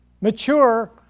mature